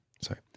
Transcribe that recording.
Sorry